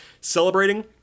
celebrating